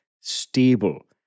stable